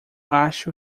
acho